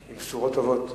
עם בשורות טובות.